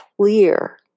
clear